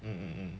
hmm